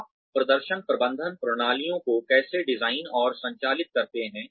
आप प्रदर्शन प्रबंधन प्रणालियों को कैसे डिजाइन और संचालित करते हैं